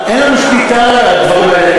אין לנו שליטה על הדברים האלה,